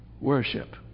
worship